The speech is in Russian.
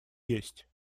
есть